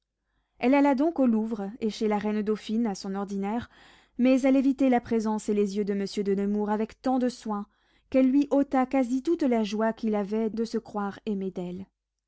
elle alla donc au louvre et chez la reine dauphine à son ordinaire mais elle évitait la présence et les yeux de monsieur de nemours avec tant de soin qu'elle lui ôta quasi toute la joie qu'il avait de se croire aimé d'elle